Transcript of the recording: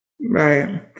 Right